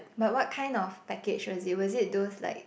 but what kind of package was it was it those like